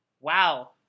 wow